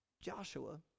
joshua